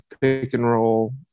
pick-and-roll